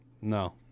No